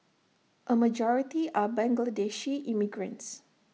A majority are Bangladeshi immigrants